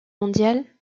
mondiale